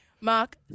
Mark